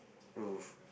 roof